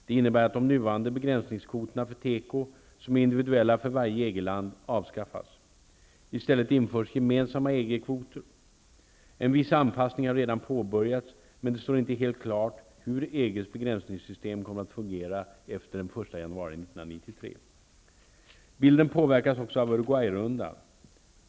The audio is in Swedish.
Det innebär att de nuvarande begränsingskvoterna för teko, som är individuella för varje EG-land, avskaffas. I stället införs gemensamma EG-kvoter. En viss anpassning har redan påbörjats, men det står inte helt klart hur EG:s begränsingssystem kommer att fungera efter den 1 januari 1993. Bilden påverkas också av Uruguayrundan.